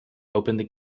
opened